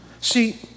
See